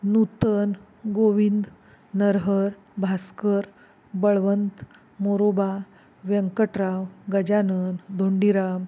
Nutan Govind Narhar Bhaskar Balwant Moroba Vyankatrao Gajanan Dhondiram